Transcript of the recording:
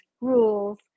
rules